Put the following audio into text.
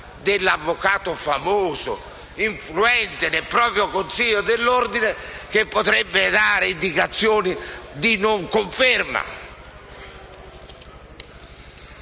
dell'avvocato famoso, influente nel proprio consiglio dell'ordine, che potrebbe dare indicazioni di non conferma?